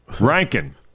Rankin